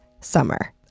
summer